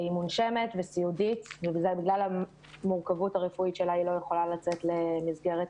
היא מונשמת וסיעודית ובגלל המורכבות הרפואית שלה היא לא יכולה לצאת למסגרת